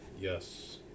Yes